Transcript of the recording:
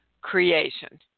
creation